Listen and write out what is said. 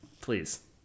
please